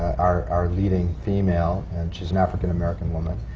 our our leading female. and she's an african-american woman.